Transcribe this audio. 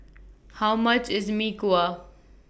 How much IS Mee Kuah